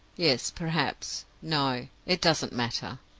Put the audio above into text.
yes perhaps, no. it doesn't matter.